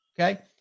Okay